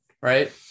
right